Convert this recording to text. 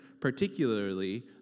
particularly